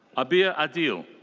abeer adil.